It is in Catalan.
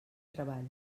treball